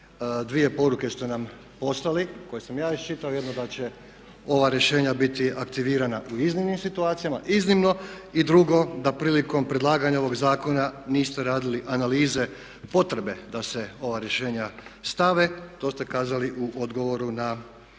Dvije poruke ste nam poslali, koje sam ja iščitao, jednu da će ova rješenja biti aktivirana u iznimnim situacijama, iznimno i drugo da prilikom predlaganja ovog zakona niste radili analize potrebe da se ova rješenja stave. To ste kazali u odgovoru pitanje